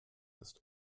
ist